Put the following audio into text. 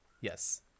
yes